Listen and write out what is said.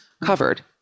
covered